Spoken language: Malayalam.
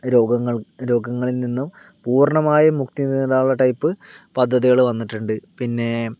രോഗങ്ങൾ രോഗങ്ങളിൽ നിന്നും പൂർണ്ണമായും മുക്തി നേടാനുള്ള ടൈപ്പ് പദ്ധതികൾ വന്നിട്ടുണ്ട് പിന്നെ